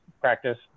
practice